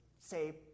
say